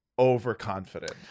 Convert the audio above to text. Overconfident